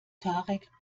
tarek